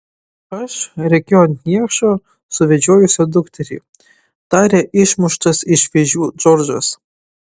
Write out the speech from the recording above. aš rėkiu ant niekšo suvedžiojusio dukterį tarė išmuštas iš vėžių džordžas